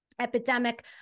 epidemic